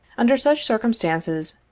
under such circumstances,